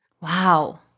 Wow